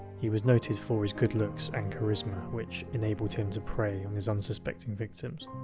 he was noted for his good looks and charisma, which enabled him to prey on his unsuspecting victims.